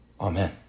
Amen